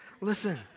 listen